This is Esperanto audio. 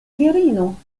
virino